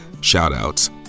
shout-outs